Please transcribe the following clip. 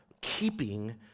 keeping